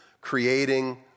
creating